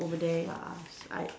over there lah s~ I